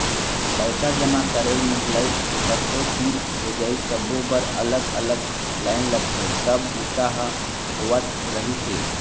पइसा जमा करई, निकलई, कखरो तीर भेजई सब्बो बर अलग अलग लाईन लगथे तब बूता ह होवत रहिस हे